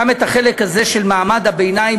גם את החלק הזה של מעמד הביניים: